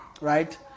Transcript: right